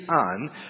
on